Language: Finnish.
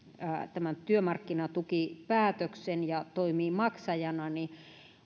tämän työmarkkinatukipäätöksen ja toimii maksajana niin